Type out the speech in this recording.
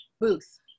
booth